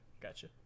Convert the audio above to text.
gotcha